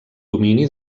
domini